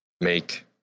make